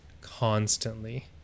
Constantly